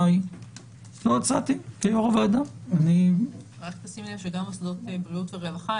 רק לשים לב שגם מוסדות בריאות ורווחה,